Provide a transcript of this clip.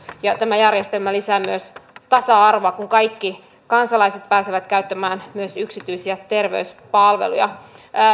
tämä järjestelmä lisää myös tasa arvoa kun kaikki kansalaiset pääsevät käyttämään myös yksityisiä terveyspalveluja